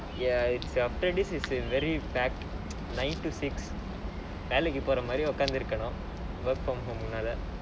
ya it's a after it's a very pack nine to six வேலைக்கு போற மாரி உட்கார்ந்துரனும்:velaikku pora maari utkaarnthuranum work from home நால:naala